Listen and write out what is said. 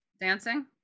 dancing